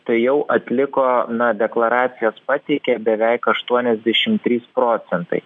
tai jau atliko na deklaracijas pateikė beveik aštuoniasdešimt trys procentai